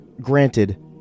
Granted